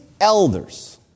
elders